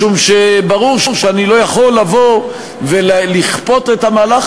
משום שברור שאני לא יכול לבוא ולכפות את המהלך